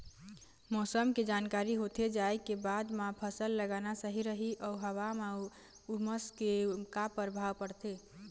मौसम के जानकारी होथे जाए के बाद मा फसल लगाना सही रही अऊ हवा मा उमस के का परभाव पड़थे?